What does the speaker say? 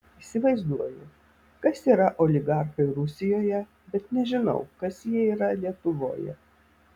įsivaizduoju kas yra oligarchai rusijoje bet nežinau kas jie yra lietuvoje